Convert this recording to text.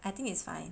I think it's fine